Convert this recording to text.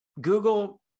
Google